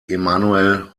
emanuel